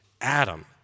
Adam